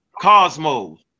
Cosmos